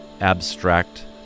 abstract